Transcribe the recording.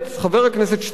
חבר הכנסת שטרן,